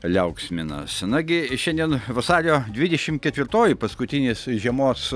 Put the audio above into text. liauksminas na gi šiandien vasario dvidešimt ketvirtoji paskutinis žiemos